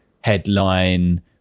headline